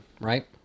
right